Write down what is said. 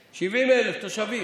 70,000. 70,000 תושבים.